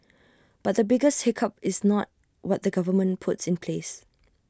but the biggest hiccup is not what the government puts in place